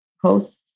host